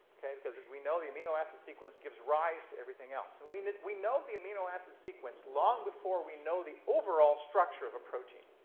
because, as we know, the amino acid sequence gives rise to everything else. and we we know the amino acid sequence long before we know the overall structure of the protein.